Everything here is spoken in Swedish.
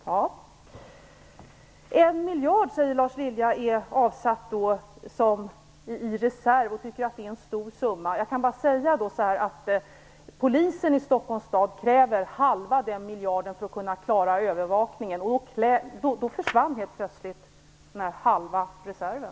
Lars Lilja säger att en miljard kronor är avsatta som reserv. Han tycker att det är en stor summa. Jag kan bara säga att Polisen i Stockholms stad kräver halva den miljarden för att klara övervakningen. Då försvinner helt plötsligt halva reserven.